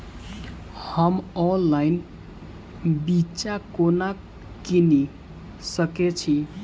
हम ऑनलाइन बिच्चा कोना किनि सके छी?